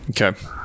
Okay